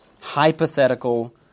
hypothetical